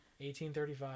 1835